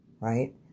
Right